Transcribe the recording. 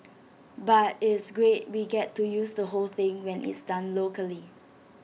but it's great we get to use the whole thing when it's done locally